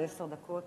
זה עשר דקות,